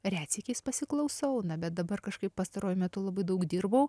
retsykiais pasiklausau na bet dabar kažkaip pastaruoju metu labai daug dirbau